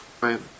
Right